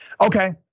Okay